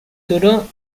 turó